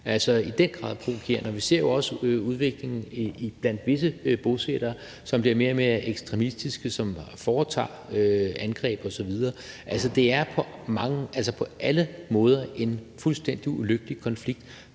det er i den grad provokerende, og vi ser jo også udviklingen blandt visse bosættere, som bliver mere og mere ekstremistiske, og som foretager angreb osv. Altså, det er på alle måder en fuldstændig ulykkelig konflikt,